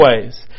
ways